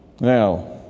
now